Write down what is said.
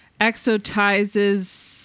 exotizes